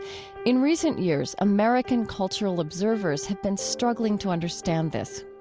in recent years, american cultural observers have been struggling to understand this.